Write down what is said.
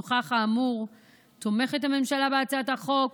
נוכח האמור תומכת הממשלה בהצעת החוק,